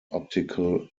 optical